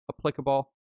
applicable